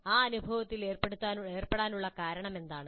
ആ അനുഭവത്തിൽ ഏർപ്പെടാനുള്ള കാരണം എന്താണ്